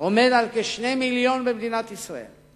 הוא כ-2 מיליון במדינת ישראל.